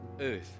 earth